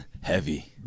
Heavy